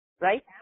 Right